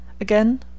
Again